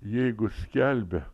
jeigu skelbia